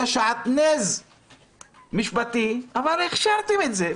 היה שעטנז משפטי, אבל הכשרתם את זה.